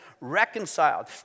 reconciled